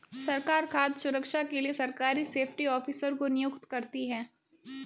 सरकार खाद्य सुरक्षा के लिए सरकार सेफ्टी ऑफिसर को नियुक्त करती है